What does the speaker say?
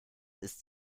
ist